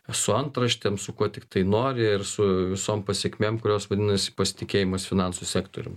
su antraštėm su kuo tiktai nori ir su visom pasekmėm kurios vadinasi pasitikėjimas finansų sektorium